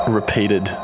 repeated